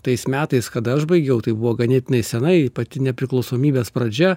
tais metais kada aš baigiau tai buvo ganėtinai senai pati nepriklausomybės pradžia